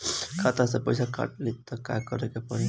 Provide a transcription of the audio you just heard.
खाता से पैसा काट ली त का करे के पड़ी?